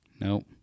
Nope